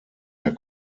der